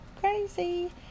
crazy